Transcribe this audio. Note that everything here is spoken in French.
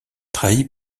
trahi